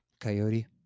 coyote